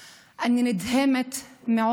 אני משוחחת עם אנשי ציבור.